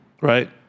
right